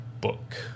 book